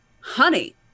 honey